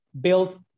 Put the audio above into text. built